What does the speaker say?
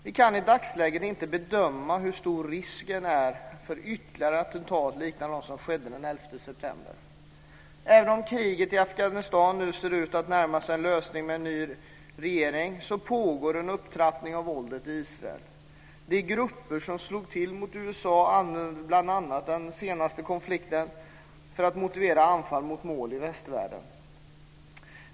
Vi kan i dagsläget inte bedöma hur stor risken är för ytterligare attentat liknande dem som skedde den 11 september. Även om kriget i Afghanistan nu ser ut att närma sig en lösning med en ny regering pågår en upprepning av våldet i Israel. De grupper som slog till mot USA använde bl.a. den senaste konflikten för att motivera anfall mot mål i västvärlden.